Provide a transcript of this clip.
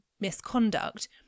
misconduct